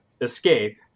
escape